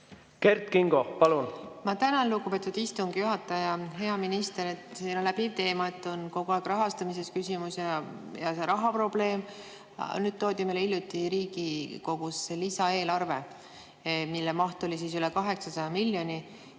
Kert Kingo, palun! Ma tänan, lugupeetud istungi juhataja! Hea minister! Siin on läbiv teema, et on kogu aeg rahastamises küsimus ja rahaprobleem. Nüüd toodi meile hiljuti Riigikogus lisaeelarve, mille maht on üle 800 miljoni.